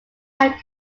had